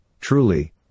truly